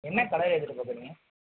என்ன கலரு எதிர்பார்க்குறிங்க